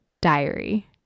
Diary